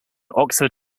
oxford